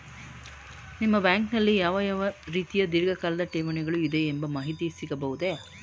ನಿಮ್ಮ ಬ್ಯಾಂಕಿನಲ್ಲಿ ಯಾವ ಯಾವ ರೀತಿಯ ಧೀರ್ಘಕಾಲ ಠೇವಣಿಗಳು ಇದೆ ಎಂಬ ಮಾಹಿತಿ ಸಿಗಬಹುದೇ?